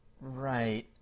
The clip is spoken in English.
right